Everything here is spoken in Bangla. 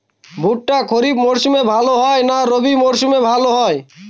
ভুট্টা খরিফ মৌসুমে ভাল হয় না রবি মৌসুমে ভাল হয়?